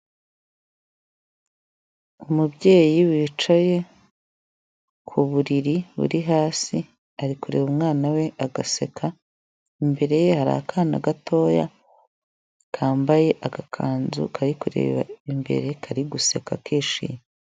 Umubyeyi wicaye ku buriri buri hasi ari kureba umwana we agaseka, imbere ye hari akana gatoya kambaye agakanzu kari kureba imbere kari guseka kishimye.